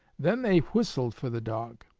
then they whistled for the dog.